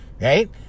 right